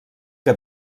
que